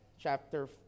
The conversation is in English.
chapter